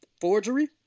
Forgery